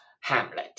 hamlet